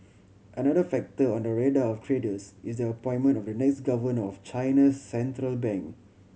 another factor on the radar of traders is the appointment of the next governor of China's central bank